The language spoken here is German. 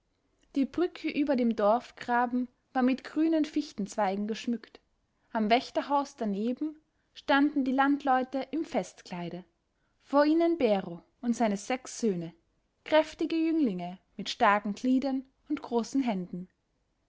die brücke über dem dorfgraben war mit grünen fichtenzweigen geschmückt am wächterhaus daneben standen die landleute im festkleide vor ihnen bero und seine sechs söhne kräftige jünglinge mit starken gliedern und großen händen